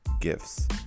gifts